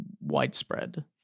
widespread